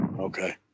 Okay